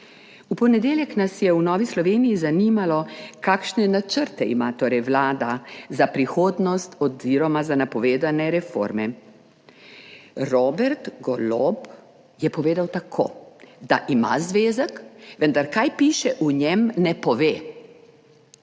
V ponedeljek nas je v Novi Sloveniji zanimalo, kakšne načrte ima torej Vlada za prihodnost oziroma za napovedane reforme. Robert Golob je povedal tako, da ima zvezek, vendar kaj piše v njem, ne pove